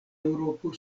eŭropo